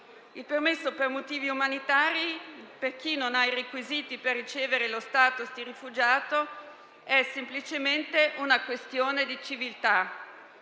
Il permesso per motivi umanitari, per chi non ha i requisiti per ricevere lo *status* di rifugiato, è semplicemente una questione di civiltà.